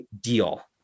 deal